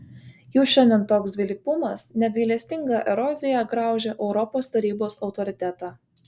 jau šiandien toks dvilypumas negailestinga erozija graužia europos tarybos autoritetą